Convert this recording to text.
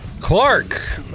clark